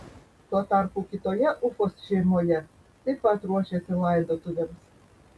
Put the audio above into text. tuo tarpu kitoje ufos šeimoje taip pat ruošėsi laidotuvėms